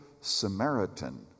Samaritan